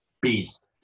Beast